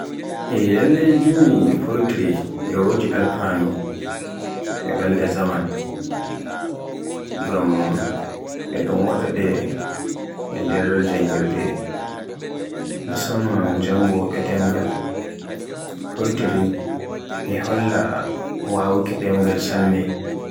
E lalley Jimi poytiri e wodi alfanu e balɗe zaman. Ngam e ɗun waɗaaɗe e nder janngirde. Musamman jangowoɗe ɗemgal. Poytiri e holla wawuuki ɗemgal sanne.